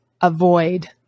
avoid